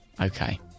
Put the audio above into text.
okay